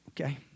okay